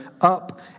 up